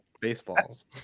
baseballs